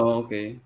okay